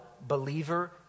believer